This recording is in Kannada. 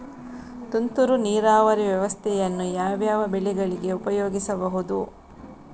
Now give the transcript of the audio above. ತುಂತುರು ನೀರಾವರಿ ವ್ಯವಸ್ಥೆಯನ್ನು ಯಾವ್ಯಾವ ಬೆಳೆಗಳಿಗೆ ಉಪಯೋಗಿಸಬಹುದು?